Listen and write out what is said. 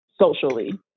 socially